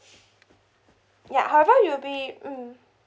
ya however you'll be mm